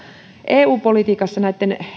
eu politiikassa näitten